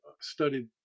studied